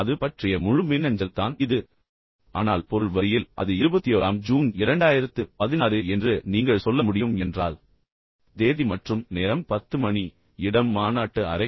எனவே அது பற்றி முழு மின்னஞ்சல் தான் இது ஆனால் பொருள் வரியில் அது இருபத்தியோராம் ஜூன் 2016 என்று நீங்கள் சொல்ல முடியும் என்றால் தேதி மற்றும் நேரம் பத்து மணி இடம் மாநாட்டு அறை